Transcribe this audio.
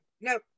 no